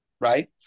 Right